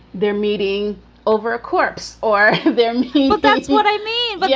they're meeting over a corpse or their meat that's what i mean, but